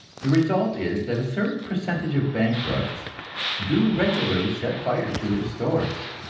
the result is that a certain percentage of bankrupts do regularly set fire to their stores.